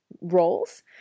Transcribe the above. roles